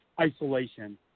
Isolation